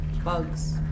Bugs